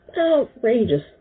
outrageous